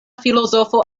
filozofo